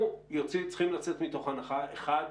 אנחנו צריכים לצאת מתוך הנחה, אחד,